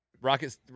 Rocket